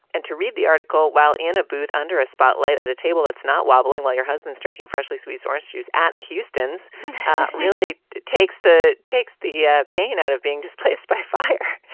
and to read the article while in a booth under a spotlight at a table it's not wobbling while your husband's drinking freshly squeezed orange juice at houston's really takes the takes the yeah pain out of being displaced by fire.